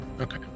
Okay